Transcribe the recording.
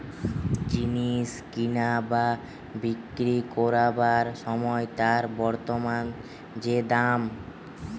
জিনিস কিনা বা বিক্রি কোরবার সময় তার বর্তমান যে দাম